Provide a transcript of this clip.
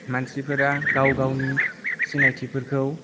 मानसिफोरा गाव गावनि सिनायथिफोरखौ